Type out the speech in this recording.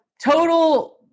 total